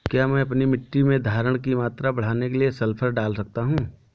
क्या मैं अपनी मिट्टी में धारण की मात्रा बढ़ाने के लिए सल्फर डाल सकता हूँ?